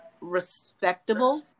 respectable